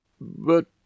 But